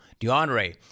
DeAndre